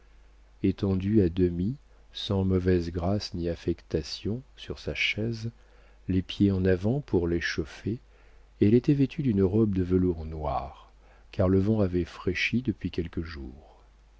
étendue à demi sans mauvaise grâce ni affectation sur sa chaise les pieds en avant pour les chauffer elle était vêtue d'une robe de velours noir car le vent avait fraîchi depuis quelques jours